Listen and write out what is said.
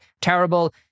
terrible